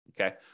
Okay